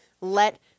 let